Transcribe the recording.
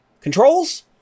controls